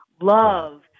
love